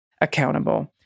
accountable